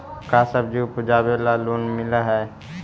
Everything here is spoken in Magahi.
का सब्जी उपजाबेला लोन मिलै हई?